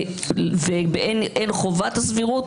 ובאין חובת סבירות,